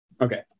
Okay